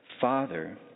Father